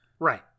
Right